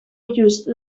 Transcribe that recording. use